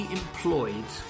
employed